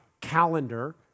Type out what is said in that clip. calendar